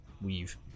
weave